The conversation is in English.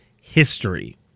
history